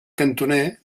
cantoner